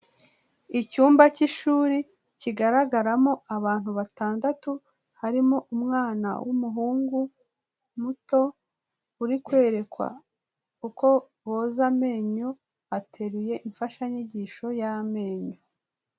Icyumba cy'ishuri kigaragaramo abantu batandatu, harimo umwana w'umuhungu muto uri kwerekwa uko boza amenyo, ateruye imfashanyigisho y'amenyo.